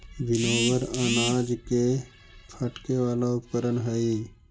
winnower अनाज के फटके वाला उपकरण हई